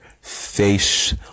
face